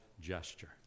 gesture